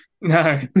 No